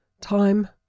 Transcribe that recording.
time